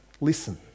listen